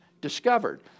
discovered